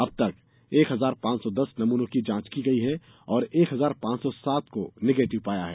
अब तक एक हजार पांच सौ दस नमूनों की जांच की गई है और एक हजार पांच सौ सात को निगेटिव पाया गया है